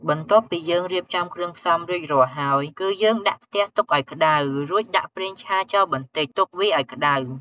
បន្ទាប់ពី យើងរៀបចំគ្រឿងផ្សំរួចរាល់ហើយ គឺយើងដាក់ខ្ទះទុកឲ្យក្តៅ រួចដាក់ប្រេងឆាចូលបន្តិចទុកវាឲ្យក្តៅ។